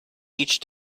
each